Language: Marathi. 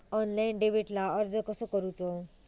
ऑनलाइन डेबिटला अर्ज कसो करूचो?